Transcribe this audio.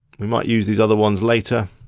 we might use these other ones later.